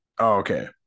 Okay